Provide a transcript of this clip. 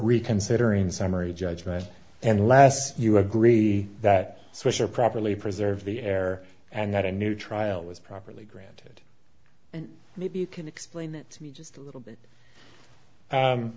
reconsidering summary judgment and unless you agree that swisher properly preserved the air and that a new trial was properly granted and maybe you can explain that to me just a little